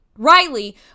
Riley